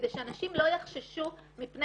כדי שאנשים לא יחששו מפני